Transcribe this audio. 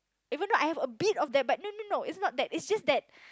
even though I have a bit of that but no no no it's not that it's just that